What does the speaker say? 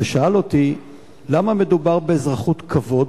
ושאל אותי למה מדובר באזרחות כבוד